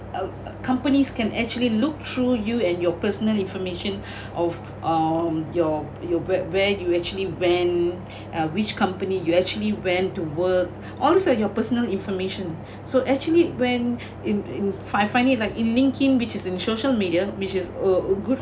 uh companies can actually look through you and your personal information of um your your wh~ where you actually went uh which company you actually went to work all those uh your personal information so actually when in find find it like in linkedin which is in social media which is a uh good